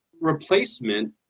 replacement